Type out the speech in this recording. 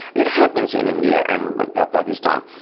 it happens in india and but pakistan.